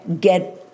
get